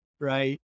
Right